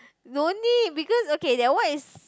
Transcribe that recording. don't need because okay that one is